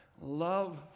love